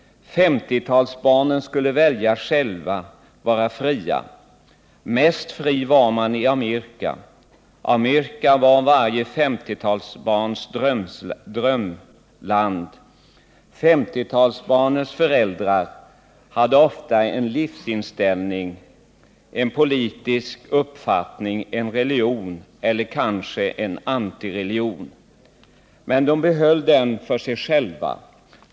50-talsbarnen skulle välja själva, vara fria. Mest fri var man i Amerika. Amerika var varje 50-talsbarns drömland. 50-talsbarnens föräldrar hade ofta en livsinställning, en politisk uppfattning, en religion eller kanske en anti-religion. Men dom behöll den för sig själva.